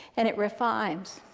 and it refines.